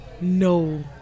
No